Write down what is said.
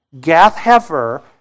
Gath-Hefer